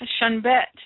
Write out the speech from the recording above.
Shunbet